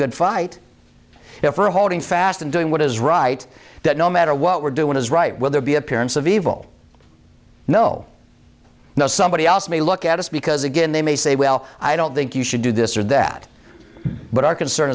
good fight if we're holding fast and doing what is right that no matter what we're doing is right will there be appearance of evil no no somebody else may look at us because again they may say well i don't think you should do this or that but our concern